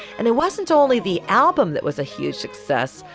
and it wasn't only the album that was a huge success,